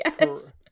Yes